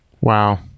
Wow